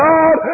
God